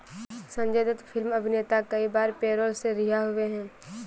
Sanjay Dutt film अभिनेता कई बार पैरोल से रिहा हुए हैं